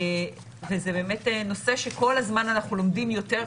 וזה באמת נושא שכל הזמן אנחנו לומדים יותר,